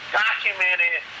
documented